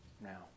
Now